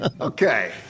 Okay